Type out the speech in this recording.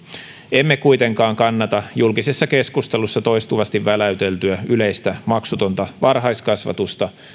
emme kuitenkaan kannata julkisessa keskustelussa toistuvasti väläyteltyä yleistä maksutonta varhaiskasvatusta